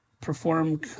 perform